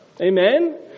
Amen